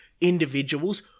individuals